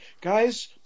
guys